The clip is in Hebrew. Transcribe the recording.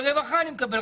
ברווחה אני מקבל,